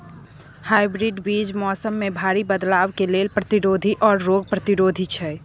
hybrid बीज मौसम में भारी बदलाव के लेल प्रतिरोधी आर रोग प्रतिरोधी छै